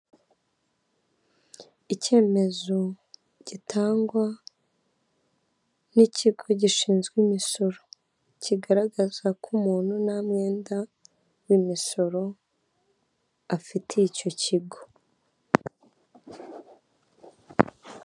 Icyemezo gitangwa n'ikigo gishinzwe imisoro kigaragaza ko umuntu ntamwenda w'imisoro afitiye icyo kigo.